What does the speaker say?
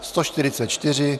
144.